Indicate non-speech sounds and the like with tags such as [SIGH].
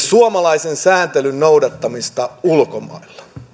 [UNINTELLIGIBLE] suomalaisen sääntelyn noudattamista ulkomailla